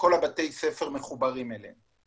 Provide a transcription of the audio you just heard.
שכל בתי הספר מחוברים אליה.